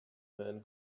man